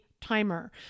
timer